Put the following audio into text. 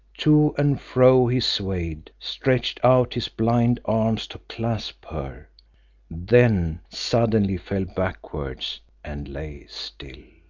to and fro he swayed, stretched out his blind arms to clasp her then suddenly fell backwards, and lay still.